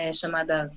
chamada